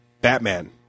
Batman